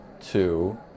two